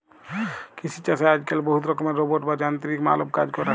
কিসি ছাসে আজক্যালে বহুত রকমের রোবট বা যানতিরিক মালব কাজ ক্যরে